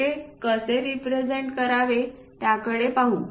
ते कसे रिप्रेझेंट करावे त्याकडे पाहू